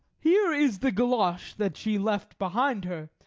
here is the golosh that she left behind her.